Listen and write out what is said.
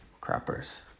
Crappers